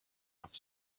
off